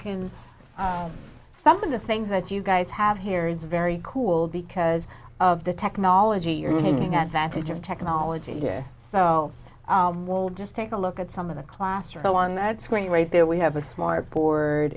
can some of the things that you guys have here is very cool because of the technology you're needing advantage of technology here so we'll just take a look at some of the class you know on that screen right there we have a smart bo